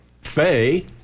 Faye